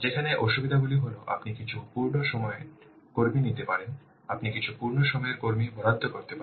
যেখানে অসুবিধাগুলি হল আপনি কিছু পূর্ণ সময়ের কর্মী নিতে পারেন আপনি কিছু পূর্ণ সময়ের কর্মী বরাদ্দ করতে পারেন